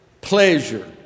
pleasure